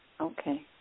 Okay